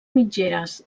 mitgeres